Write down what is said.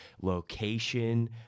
location